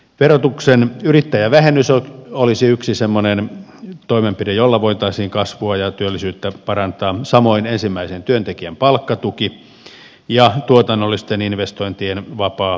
verotuksen yrittäjävähennys olisi yksi semmoinen toimenpide jolla voitaisiin kasvua ja työllisyyttä parantaa samoin ensimmäisen työntekijän palkkatuki ja tuotannollisten investointien vapaa poisto oikeus